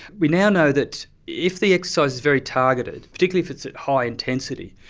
we now know that if the exercise is very targeted, particularly if it's at high intensity,